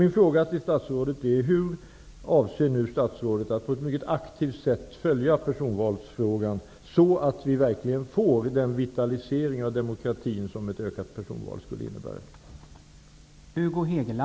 Min fråga till statsrådet är: Hur avser statsrådet att på ett mycket aktivt sätt följa personvalsfrågan, så att vi verkligen får den vitalisering av demokratin som ett ökat inslag av personval skulle innebära?